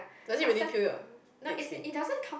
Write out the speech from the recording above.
don't really cure your that skin